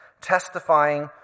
testifying